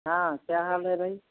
हाँ क्या हाल है भाई